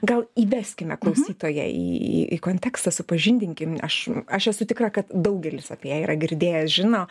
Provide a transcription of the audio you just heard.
gal įveskime klausytoją į į kontekstą supažindinkim aš aš esu tikra kad daugelis apie ją yra girdėjęs žino